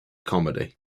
comedy